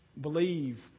believe